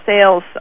sales